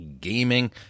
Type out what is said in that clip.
gaming